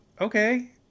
okay